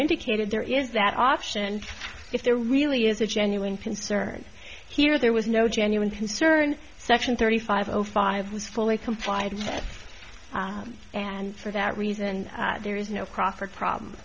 indicated there is that option if there really is a genuine concern here there was no genuine concern section thirty five zero five was fully complied with and for that reason there is no crawford